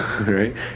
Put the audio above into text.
right